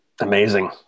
Amazing